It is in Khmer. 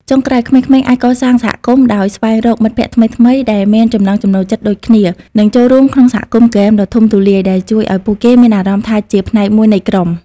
ចុងក្រោយ ក្មេងៗអាច កសាងសហគមន៍ ដោយស្វែងរកមិត្តភក្តិថ្មីៗដែលមានចំណង់ចំណូលចិត្តដូចគ្នា និងចូលរួមក្នុងសហគមន៍ហ្គេមដ៏ធំទូលាយ ដែលជួយឱ្យពួកគេមានអារម្មណ៍ថាជាផ្នែកមួយនៃក្រុម។